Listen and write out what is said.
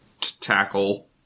Tackle